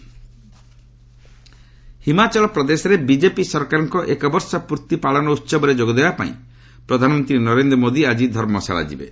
PM HP Himachal ପ୍ରଦେଶରେ BJP ସରକାରଙ୍କ ଏକବର୍ଷ ପୂର୍ତ୍ତି ପାଳନ ଉସବ୍ରେ ଯୋଗଦେବା ପାଇଁ ପ୍ରଧାନମନ୍ତ୍ରୀ ନରେନ୍ଦ୍ର ମୋଦି ଆଜି ଧର୍ମଶାଳା ଯିବେ